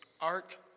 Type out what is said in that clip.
art